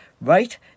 right